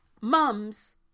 mum's